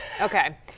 Okay